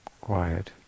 quiet